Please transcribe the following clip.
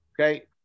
Okay